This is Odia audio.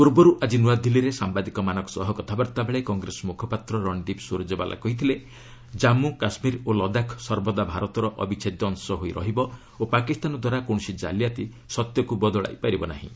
ପୂର୍ବରୁ ଆଜି ନୂଆଦିଲ୍ଲୀରେ ସାମ୍ବାଦିକମାନଙ୍କ ସହ କଥାବାର୍ତ୍ତା ବେଳେ କଂଗ୍ରେସ ମୁଖପାତ୍ର ରଣଦୀପ ସୂରଜେବାଲା କହିଥିଲେ ଜାଞ୍ଗୁ କାଶ୍ମୀର ଓ ଲଦାଖ ସର୍ବଦା ଭାରତର ଅବିଚ୍ଛେଦ୍ୟ ଅଂଶ ହୋଇ ରହିବ ଓ ପାକିସ୍ତାନ ଦ୍ୱାରା କୌଣସି କାଲିଆତି ସତ୍ୟକୁ ବଦଳାଇ ପାରିବ ନାହିଁ